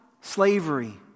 slavery